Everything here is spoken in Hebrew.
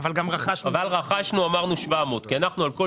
ולכן היינו צריכים תוספת תקציב.